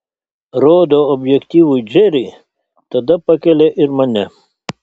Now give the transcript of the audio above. rodo objektyvui džerį tada pakelia ir mane